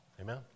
Amen